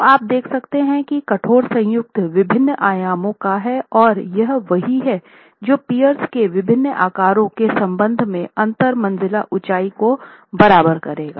तो आप देख सकते हैं कि कठोर संयुक्त विभिन्न आयामों का है और यह वही है जो पियर्स के विभिन्न आकारों के संबंध में अंतर मंजिला ऊंचाई को बराबर करेगा